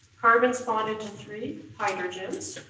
carbon's bonded to three hydrogens